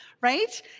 right